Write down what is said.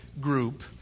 group